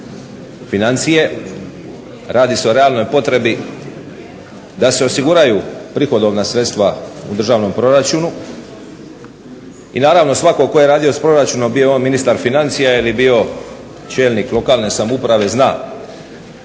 financije, radi se o realnoj potrebi da se osiguraju prihodovna sredstva u državnom proračunu i naravno svatko tko je radio s proračunom bio on ministar financija ili bio čelnik lokalne samouprave zna